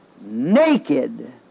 naked